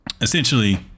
essentially